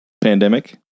pandemic